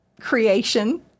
creation